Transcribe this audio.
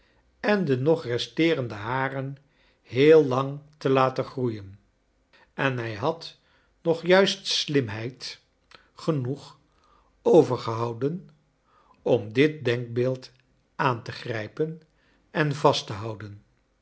en de nog resteerende haren heel lang te laten groeien en hij had nog juist slimheid kleine dorrit genoeg overgehouden om dit denkbeeld aan te grijpen en vast te houden